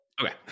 Okay